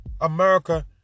America